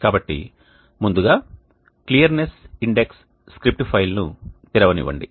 కాబట్టి ముందుగా clearness index script ఫైల్ను తెరవనివ్వండి